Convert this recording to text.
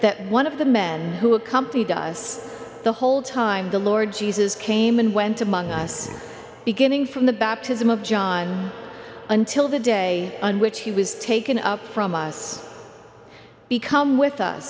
that one of the men who accompanied us the whole time the lord jesus came and went among us beginning from the baptism of john until the day on which he was taken up from us become with us